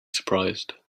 surprised